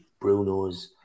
Brunos